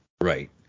right